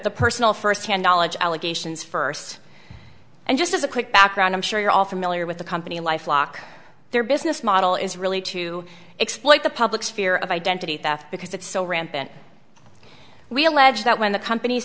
personal first hand knowledge allegations first and just as a quick background i'm sure you're all familiar with the company life lock their business model is really to exploit the public's fear of identity theft because it's so rampant we allege that when the compan